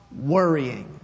worrying